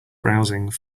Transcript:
browsing